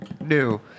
new